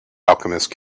alchemist